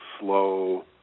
slow